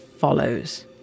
follows